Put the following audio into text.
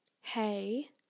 hey